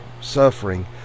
suffering